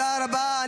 תודה רבה.